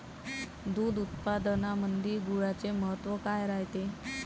दूध उत्पादनामंदी गुळाचे महत्व काय रायते?